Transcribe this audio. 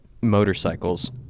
motorcycles